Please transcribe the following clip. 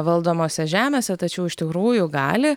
valdomose žemėse tačiau iš tikrųjų gali